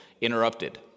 interrupted